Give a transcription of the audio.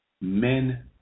men